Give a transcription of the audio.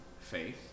faith